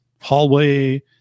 hallway